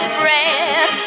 breath